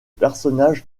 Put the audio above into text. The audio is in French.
personnage